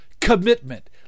commitment